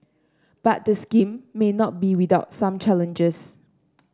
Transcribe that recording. but the scheme may not be without some challenges